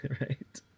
right